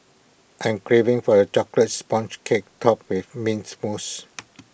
I am craving for A Chocolate Sponge Cake Topped with Mint Mousse